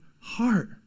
heart